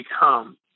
become